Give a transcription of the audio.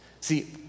See